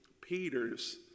Peter's